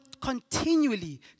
continually